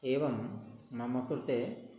एवं मम कृते